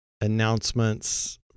announcements